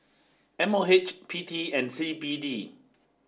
M O H P T and C B D